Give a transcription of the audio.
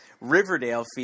Riverdale